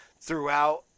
throughout